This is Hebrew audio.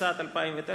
התשס”ט 2009,